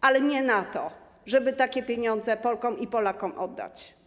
ale nie na to, żeby takie pieniądze Polkom i Polakom oddać.